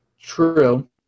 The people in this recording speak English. True